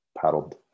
paddled